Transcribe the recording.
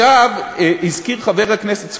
הזכיר חבר הכנסת סוייד,